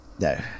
No